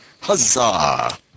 Huzzah